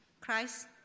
Christ